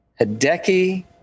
Hideki